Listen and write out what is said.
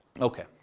Okay